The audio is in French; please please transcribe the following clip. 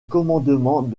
commandement